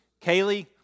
Kaylee